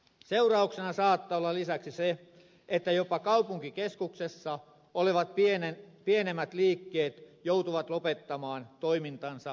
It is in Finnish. seurauksena saattaa olla lisäksi se että jopa kaupunkikeskuksissa olevat pienemmät liikkeet joutuvat lopettamaan toimintansa kannattavuussyistä